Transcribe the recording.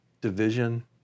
division